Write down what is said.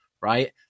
right